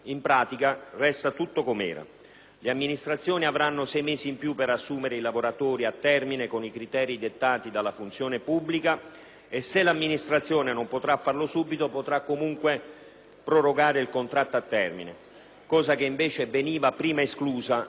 Le amministrazioni avranno sei mesi in più per assumere i lavoratori a termine con i criteri dettati dal Dipartimento della funzione pubblica e se l'amministrazione non potrà farlo subito potrà comunque prorogare il contratto a termine, cosa che invece nella precedente formulazione